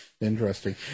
Interesting